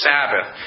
Sabbath